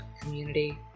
community